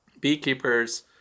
beekeepers